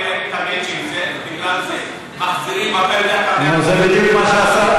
כי אין להם את המצ'ינג הזה.